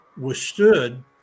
withstood